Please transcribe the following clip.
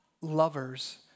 lovers